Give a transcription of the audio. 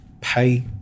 pay